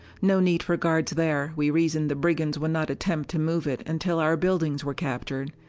no need for guards there we reasoned the brigands would not attempt to move it until our buildings were captured.